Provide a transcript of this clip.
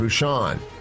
Bouchon